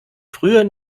früher